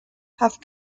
have